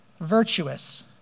virtuous